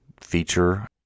feature